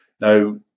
now